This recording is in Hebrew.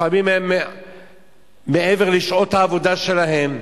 לפעמים הם מעבר לשעות העבודה שלהם,